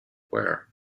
wear